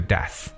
Death